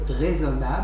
raisonnable